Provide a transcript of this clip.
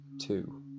two